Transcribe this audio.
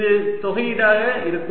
இது தொகையீடாக இருக்கும்